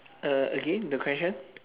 uh again the question